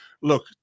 look